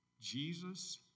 Jesus